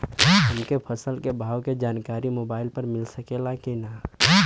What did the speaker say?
हमके फसल के भाव के जानकारी मोबाइल पर मिल सकेला की ना?